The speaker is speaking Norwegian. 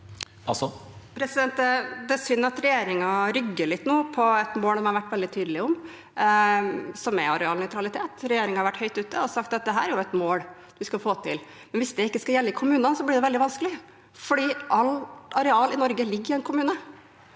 Det er synd at re- gjeringen nå rygger litt bort fra et mål de har vært veldig tydelige på, som er arealnøytralitet. Regjeringen har vært høyt ute og sagt at dette er et mål vi skal få til. Men hvis det ikke skal gjelde i kommunene, blir det veldig vanskelig, fordi alt areal i Norge ligger i en kommunene,